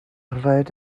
rhaid